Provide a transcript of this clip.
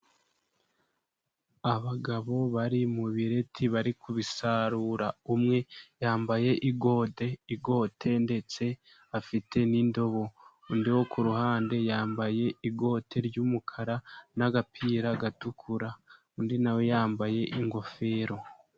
Abagabo bari mu bireti bari kubisarura. umwe yambaye ikote, ikote ndetse afite n'indobo, undi wo ku ruhande yambaye ikote ry'umukara n'agapira gatukura, undi na we yambaye ingofero.